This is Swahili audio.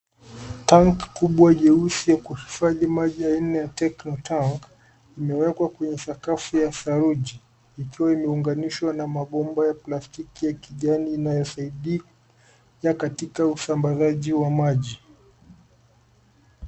Tangi kubwa jeusi la kuhifadhi maji aina ya, techno tank, limewekwa kwenye sakafu ya saruji likiwa imeunganishwa na mabomba ya plastiki ya kijani inayosaidia katika usambazaji wa maji.